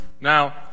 Now